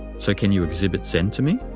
so can you exhibit zen to me?